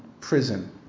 prison